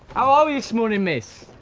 how are you this morning, miss?